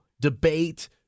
debate